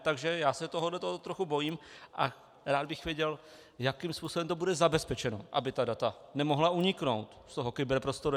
Takže já se tohohle trochu bojím a rád bych věděl, jakým způsobem to bude zabezpečeno, aby ta data nemohla uniknout z toho kyberprostoru.